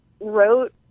wrote